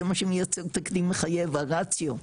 זה מה שמייצר תקדים מחייב הרציו,